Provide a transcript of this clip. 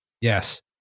Yes